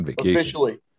Officially